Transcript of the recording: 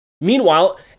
Meanwhile